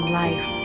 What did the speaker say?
life